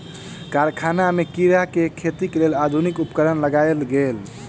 कारखाना में कीड़ा के खेतीक लेल आधुनिक उपकरण लगायल गेल